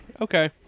Okay